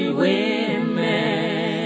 women